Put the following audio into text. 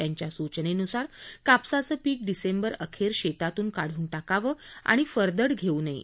त्यांच्या सूचनेनुसार कापसाचं पीक डिसेंबर अखेर शेतातून काढून टाकावं आणि फरदड घेऊ नये